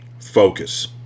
Focus